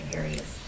areas